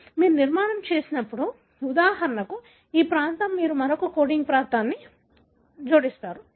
కాబట్టి మీరు నిర్మాణం చేసినప్పుడు ఉదాహరణకు ఈ ప్రాంతం మీరు మరొక కోడింగ్ ప్రాంతాన్ని జోడిస్తారు